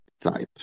type